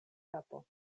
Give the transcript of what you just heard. kapo